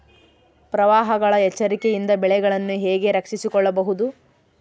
ಪ್ರವಾಹಗಳ ಎಚ್ಚರಿಕೆಯಿಂದ ಬೆಳೆಗಳನ್ನು ಹೇಗೆ ರಕ್ಷಿಸಿಕೊಳ್ಳಬಹುದು?